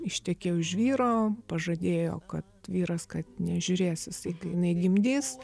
ištekėjo už vyro pažadėjo kad vyras kad nežiūrės jisai kai jinai gimdys